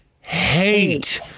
hate